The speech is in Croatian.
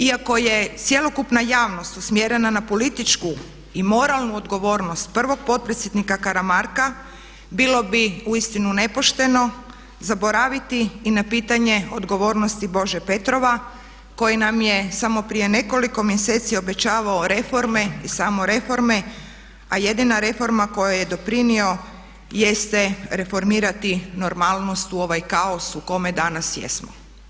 Iako je cjelokupna javnost usmjerena na političku i moralnu odgovornost prvog potpredsjednika Karamarka bilo bi uistinu nepošteno zaboraviti i na pitanje odgovornosti Bože Petrova koji nam je samo prije nekoliko mjeseci obećavao reforme i samo reforme a jedina reforma kojoj je doprinio jeste reformirati normalnost u ovaj kaos u kome danas jesmo.